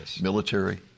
military